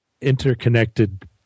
interconnected